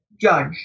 judge